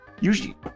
usually